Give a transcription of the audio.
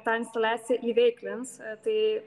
tą instaliaciją įveiklins tai